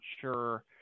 sure